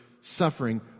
suffering